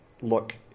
look